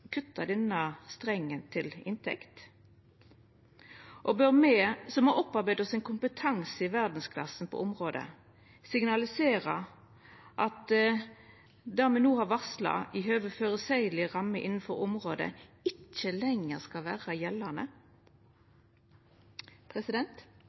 som har opparbeidd oss ein kompetanse i verdsklassen på området, signalisera at det me no har varsla i høve til føreseielege rammer innan området, ikkje lenger skal vera